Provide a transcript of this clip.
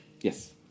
Yes